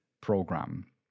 Program